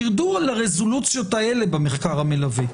תרדו על הרזולוציות האלה במרחק המלווה,